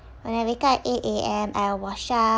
when I wake up at eight A_M I wash up